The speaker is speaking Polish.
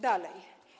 Dalej.